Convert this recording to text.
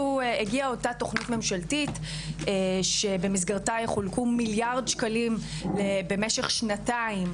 הגיע אותה תוכנית ממשלתית שבמסגרתה יחולקו מיליארד שקלים במשך שנתיים,